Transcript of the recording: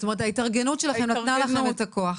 זאת אומרת, ההתארגנות שלכם נתנה לכם את הכוח.